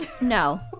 No